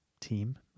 team